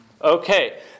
okay